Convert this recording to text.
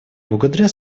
благодаря